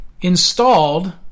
installed